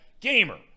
gamer